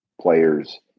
players